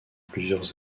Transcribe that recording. plusieurs